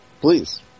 Please